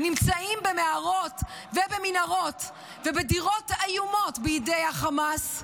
נמצאים במערות ובמנהרות ובדירות איומות בידי חמאס,